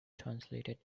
translated